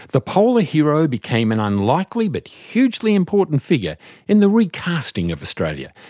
the polar hero became an unlikely but hugely important figure in the re-casting of australia,